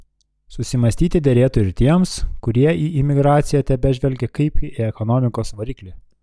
susimąstyti derėtų ir tiems kurie į imigraciją tebežvelgia kaip į ekonomikos variklį